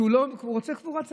הוא רוצה קבורת שדה.